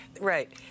Right